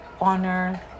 honor